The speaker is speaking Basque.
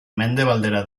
mendebaldera